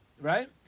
Right